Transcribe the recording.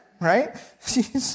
right